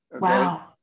Wow